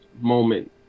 moment